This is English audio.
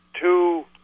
two